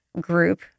group